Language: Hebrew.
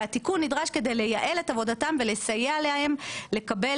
והתיקון נדרש כדי לייעל את עבודתם ולסייע להם לקבל